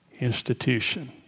institution